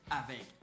avec